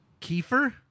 Kiefer